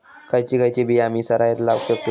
खयची खयची बिया आम्ही सरायत लावक शकतु?